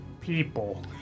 people